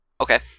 Okay